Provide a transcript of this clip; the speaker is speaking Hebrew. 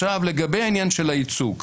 לגבי העניין של הייצוג.